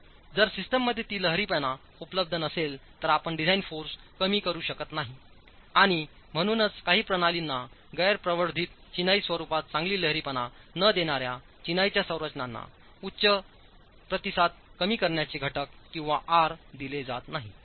जर सिस्टममध्ये ती लहरीपणा उपलब्ध नसेल तर आपण डिझाइन फोर्स कमी करू शकत नाही आणि म्हणूनच काही प्रणालींनागैर प्रवर्धित चिनाई स्वरूपात चांगली लहरीपणा न देणार्या चिनाईच्या रचनांना उच्च प्रतिसाद कमी करण्याचे घटक किंवा आर दिले जात नाहीत